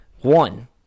one